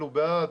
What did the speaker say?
אלה בעד,